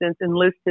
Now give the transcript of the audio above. enlisted